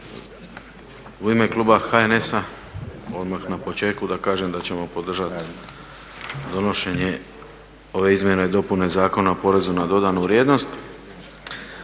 U ime kluba HNS-a odmah na početku da kažem da ćemo podržati donošenje ove izmjene i dopune Zakona o porezu na dodanu vrijednost.